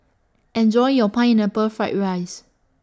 Enjoy your Pineapple Fried Rice